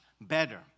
better